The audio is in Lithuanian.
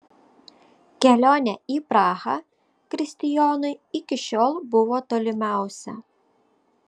kelionė į prahą kristijonui iki šiol buvo tolimiausia